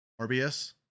rbs